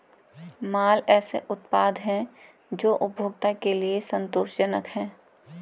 माल ऐसे उत्पाद हैं जो उपभोक्ता के लिए संतोषजनक हैं